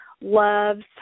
loves